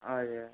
हजुर